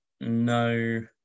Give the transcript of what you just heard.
no